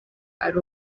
ari